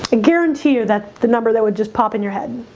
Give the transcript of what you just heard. guarantee you that the number that would just pop in your head?